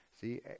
See